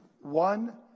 one